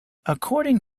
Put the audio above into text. according